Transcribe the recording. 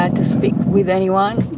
ah to speak with anyone.